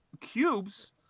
cubes